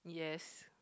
yes